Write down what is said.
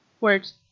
Words